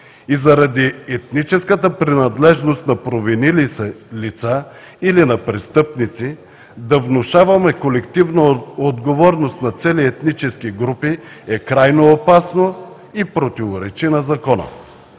и заради етническата принадлежност на провинили се лица или на престъпници да внушаваме колективна отговорност на цели етнически групи е крайно опасно и противоречи на закона.